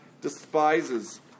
despises